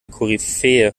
koryphäe